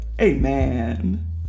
Amen